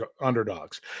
underdogs